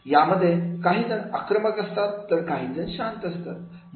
यामध्ये काहीजण आक्रमक असतात तर काही शांत असतात